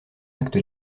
acte